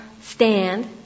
stand